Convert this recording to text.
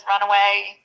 runaway